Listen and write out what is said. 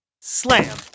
Slam